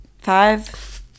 five